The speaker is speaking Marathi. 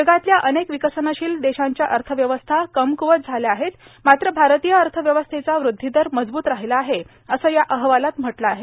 जगातल्या अनेक र्विकसनशील देशांच्या अथव्यवस्था कमक्वत झाल्या आहेत मात्र भारतीय अथव्यवस्थेचा वृद्धीदर मजबूत रााहला आहे असं या अहवालात म्हटलं आहे